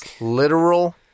Literal